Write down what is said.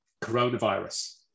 Coronavirus